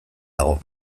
dago